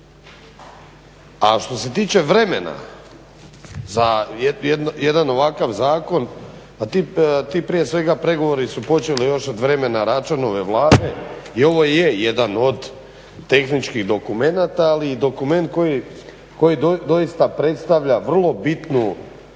A što se tiče vremena za jedan ovakav zakon, pa ti prije svega pregovori su počeli još od vremena Račanove Vlade i ovo je jedan od tehničkih dokumenata, ali i dokument koji doista predstavlja vrlo bitnu